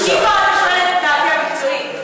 אם אתה שואל את דעתי המקצועית.